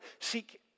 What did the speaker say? Seek